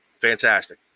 fantastic